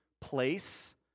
place